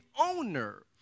owner